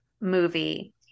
movie